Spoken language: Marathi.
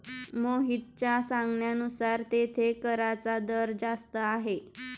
मोहितच्या सांगण्यानुसार येथे कराचा दर जास्त आहे